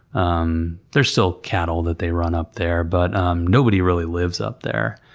um there's still cattle that they run up there, but um nobody really lives up there,